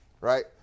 Right